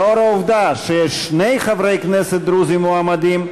לאור העובדה ששני חברי כנסת דרוזים מועמדים,